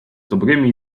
dobrymi